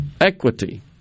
Equity